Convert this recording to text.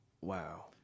Wow